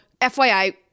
FYI